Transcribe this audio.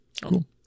Cool